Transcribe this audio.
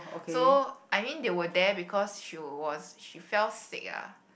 so I mean they were there because she was she fell sick ah